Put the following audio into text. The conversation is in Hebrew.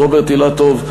רוברט אילטוב,